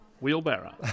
wheelbarrow